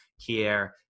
Kier